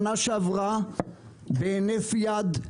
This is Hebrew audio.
שנה שעברה בהינף יד,